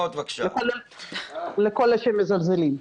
לכל אלה שמזלזלים.